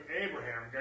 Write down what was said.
Abraham